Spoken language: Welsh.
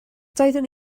doeddwn